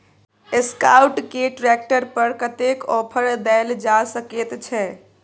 Escort के tractor पर कतेक ऑफर दैल जा सकेत छै?